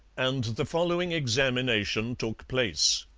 and the following examination took place